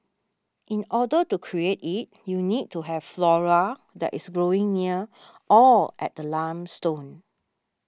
in order to create it you need to have flora that is growing near or at the limestone